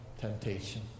temptation